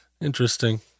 interesting